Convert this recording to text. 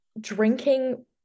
drinking